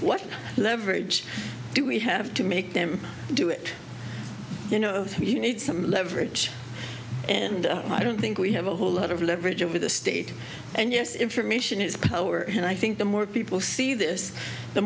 leverage do we have to make them do it you know you need some leverage and i don't think we have a whole lot of leverage over the state and yes information is power and i think the more people see this the